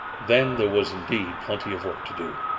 then there was indeed plenty of work to do.